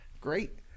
Great